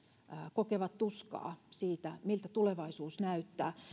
kokevat tuskaa siitä miltä tulevaisuus näyttää